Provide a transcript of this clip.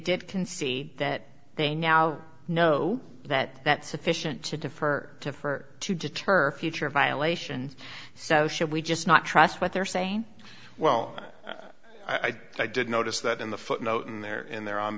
did concede that they now know that that's sufficient to defer to for to deter future violations so should we just not trust what they're saying well i did notice that in the footnote in there in their own